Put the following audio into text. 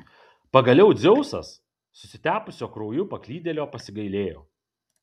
pagaliau dzeusas susitepusio krauju paklydėlio pasigailėjo